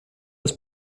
ist